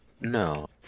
No